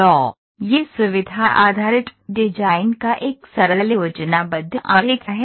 तो यह सुविधा आधारित डिजाइन का एक सरल योजनाबद्ध आरेख है